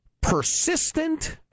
persistent